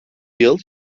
yıl